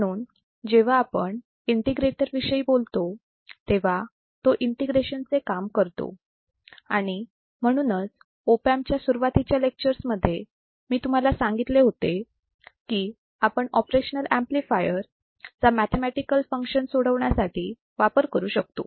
म्हणून जेव्हा आपण इंटिग्रेटर विषयी बोलतो तेव्हा तो इंटिग्रेशन चे काम करतो आणि म्हणूनच ऑप अँप च्या सुरुवातीच्या लेक्चर्स मध्ये मी तुम्हाला सांगितले होते की आपण ऑपरेशनाल ऍम्प्लिफायर चा मॅथेमॅटिकल फंक्शन सोडवण्यासाठी वापर करू शकतो